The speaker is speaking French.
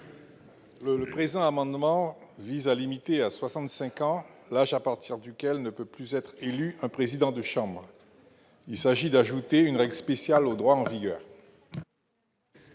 Le présent amendement vise à limiter à soixante-cinq ans l'âge à partir duquel ne peut plus être élu un président de chambre. Il s'agit d'ajouter une règle spéciale au droit en vigueur.